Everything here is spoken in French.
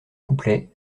couplets